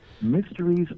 Mysteries